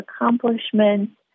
accomplishments